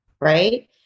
right